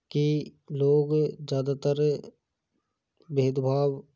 कि लोग ज़्यादातर भेदभाव